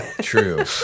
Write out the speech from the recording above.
true